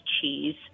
cheese